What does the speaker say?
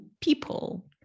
people